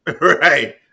right